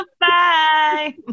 Bye